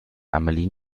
amelie